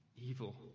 evil